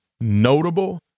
notable